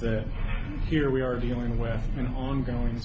that here we are dealing with an ongoing